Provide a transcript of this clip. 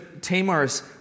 Tamar's